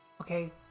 Okay